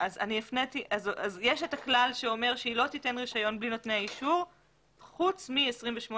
יש את הכלל שאומר שהיא לא תיתן רישיון בלי נותני האישור חוץ מ-28א.